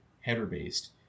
header-based